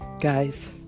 Guys